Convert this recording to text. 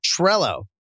Trello